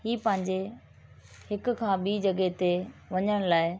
हीउ पंहिंजे हिक खां ॿीं जॻहि ते वञण लाइ